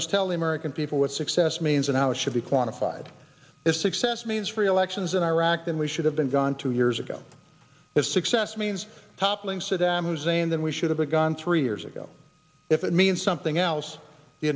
must tell the american people what success means and how it should be quantified is success means free elections in iraq then we should have been gone two years ago his success means toppling saddam hussein then we should have begun three years ago if it means something else the